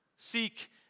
Seek